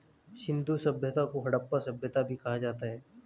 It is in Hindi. सिंधु सभ्यता को हड़प्पा सभ्यता भी कहा जाता है